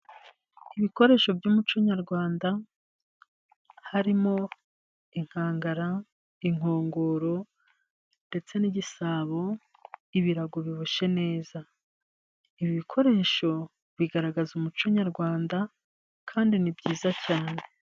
Ibikoresho by'umuco nyarwanda，harimo inkangara， inkongoro， ndetse n’igisabo， ibirago biboshye neza. Ibi bikoresho bigaragaza umuco nyarwanda kandi ni byiza cyane.